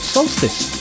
Solstice